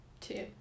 two